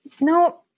No